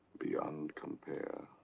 beyond compare.